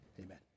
Amen